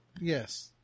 yes